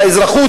האזרחות,